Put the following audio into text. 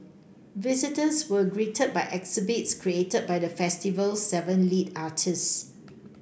visitors were greeted by exhibits created by the festival's seven lead artists